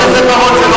בממשלה.